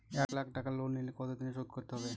এক লাখ টাকা লোন নিলে কতদিনে শোধ করতে হবে?